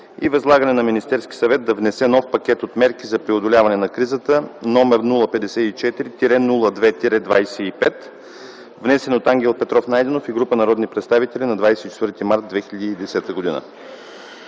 и възлагане на Министерския съвет да внесе нов пакет от мерки за преодоляване на кризата, № 054-02-25, внесен от Ангел Петров Найденов и група народни представители на 24 март 2010 г.